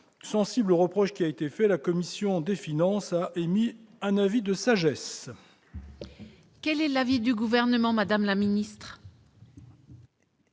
sensible au reproche qui lui a été fait, la commission des finances a émis un avis de sagesse. Quel est l'avis du Gouvernement ? Vous ne serez